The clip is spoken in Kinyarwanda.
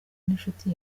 n’inshuti